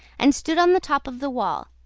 and stood on the top of the wall.